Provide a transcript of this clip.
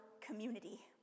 community